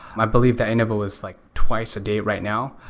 i believe the interval is like twice a day right now.